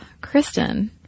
Kristen